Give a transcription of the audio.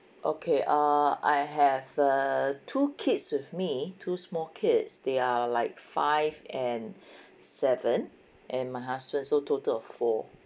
okay err I have err two kids with me two small kids they are like five and seven and my husband so total of four